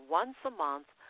once-a-month